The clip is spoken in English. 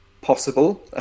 possible